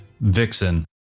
Vixen